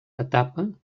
etapa